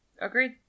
agreed